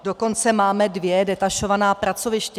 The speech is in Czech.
Dokonce máme dvě detašovaná pracoviště.